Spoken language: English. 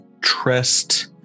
trust